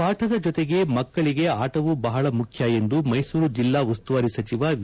ಪಾರದ ಜೊತೆಗೆ ಮಕ್ಕಳಿಗೆ ಅಟವೂ ಬಹಳ ಮುಖ್ಯ ಎಂದು ಮೈಸೂರು ಜಿಲ್ಲಾ ಉಸುವಾರಿ ಸಚಿವ ವಿ